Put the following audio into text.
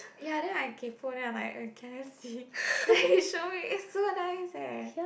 ya then I kaypoh then I'm like eh can I see then he show me it's so nice eh